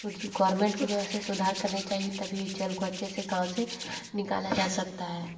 government को जो है ऐसे ही सुधार करनी चाहिए तभी जल को अच्छे से कहाँ से निकला जा सकता है